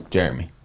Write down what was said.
Jeremy